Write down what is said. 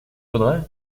faudrait